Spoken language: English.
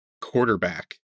quarterback